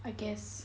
I guess